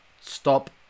stop